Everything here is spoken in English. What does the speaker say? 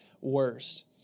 worse